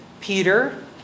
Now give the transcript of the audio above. Peter